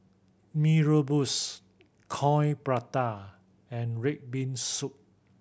Mee Rebus Coin Prata and red bean soup